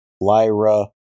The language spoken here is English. Lyra